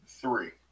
three